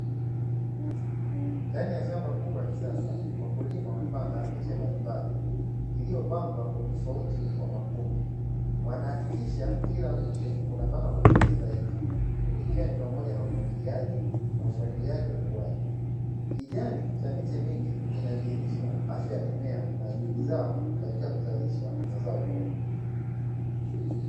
Ndani ya shamba kubwa la kisasa, wakulima wamepanda miche mbalimbali iliyopangwa kwa utofauti kwa makundi, wanahakikisha kila miche inapata matunzo stahiki ikiwa ni pamoja na umwagiliaji na ufuatiliaji wa ukuaji, kijani cha miche mingi kinadhihirisha afya ya mimea na juhudi zao katika kuzalisha mazao bora.